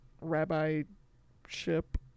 Rabbi-ship